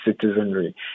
citizenry